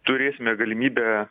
turėsime galimybę